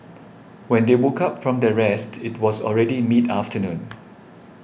when they woke up from their rest it was already mid afternoon